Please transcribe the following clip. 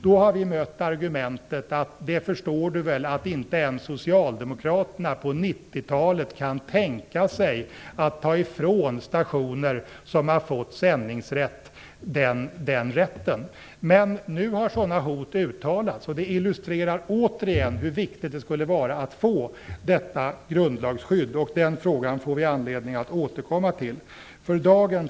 Då har vi mött argumentet "det förstår du väl att inte ens socialdemokraterna på 90-talet kan tänka sig att ta ifrån stationer som fått sändningsrätt den rätten". Nu har sådana hot uttalats. Det illustrerar återigen hur viktigt det skulle vara att få detta grundlagsskydd. Den frågan får vi anledning att återkomma till. Fru talman!